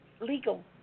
legal